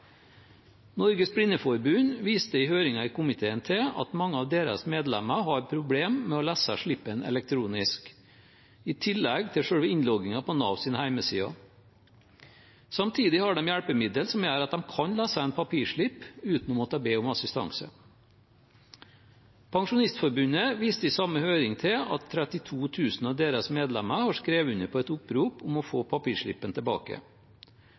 Norges Blindeforbund viste i høringen i komiteen til at mange av deres medlemmer har problemer med å lese slippen elektronisk, i tillegg til selve innloggingen på Navs hjemmesider. Samtidig har de hjelpemidler som gjør at de kan lese en papirslipp uten å måtte be om assistanse. Pensjonistforbundet viste i samme høring til at 32 000 av deres medlemmer har skrevet under på et opprop om å få papirslippen tilbake.